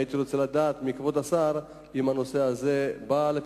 הייתי רוצה לשמוע מכבוד השר אם הנושא הזה בא על פתרונו,